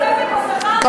שיהיו עובדי קבלן,